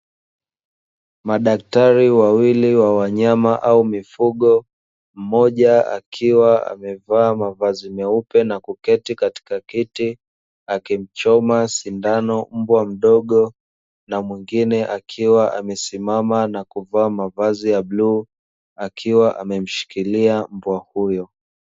Madaktari wawili wa wanyama au mifugo. Mmoja akiwa amevaa mavazi meupe na kuketi katika kiti akimchoma sindano mbwa mdogo, na mwengine akiwa amesimama na kuvaa mavazi ya bluu akiwa amemshikiria mbwa huyo.